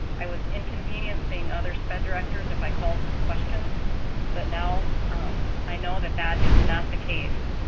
i was inconvenient seeing other sped directors if i called with questions but now i know that that is not the case.